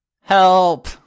help